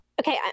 Okay